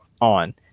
on